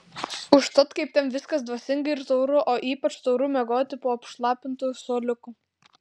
užtat kaip ten viskas dvasinga ir tauru o ypač tauru miegoti po apšlapintu suoliuku